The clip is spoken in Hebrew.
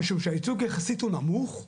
משום שהייצוג יחסית הוא נמוך,